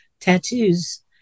tattoos